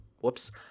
whoops